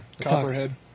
Copperhead